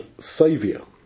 Saviour